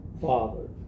father